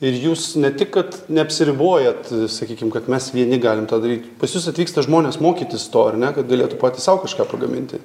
ir jūs ne tik kad neapsiribojat sakykim kad mes vieni galim tą daryt pas jus atvyksta žmonės mokytis to ar ne kad galėtų patys sau kažką pagaminti